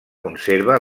conserva